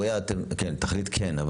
כן,